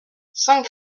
cinq